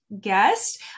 guest